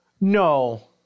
No